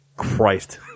Christ